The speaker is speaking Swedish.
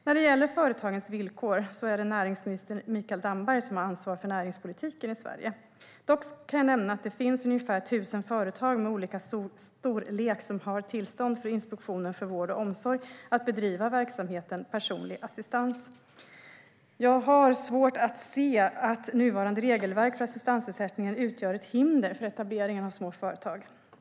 När det gäller företagens villkor är det näringsminister Mikael Damberg som har ansvar för näringspolitiken i Sverige. Dock kan jag nämna att det finns ungefär 1 000 företag av olika storlek som har tillstånd från Inspektionen för vård och omsorg att bedriva verksamheten personlig assistans. Jag har svårt att se att nuvarande regelverk för assistansersättningen utgör ett hinder för etableringen av små företag.